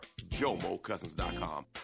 JomoCousins.com